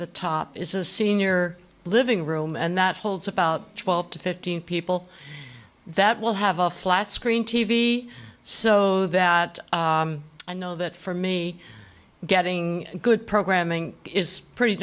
the top is a senior living room and that holds about twelve to fifteen people that will have a flat screen t v so that i know that for me getting good programming is pretty